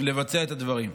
לבצע את הדברים.